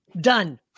Done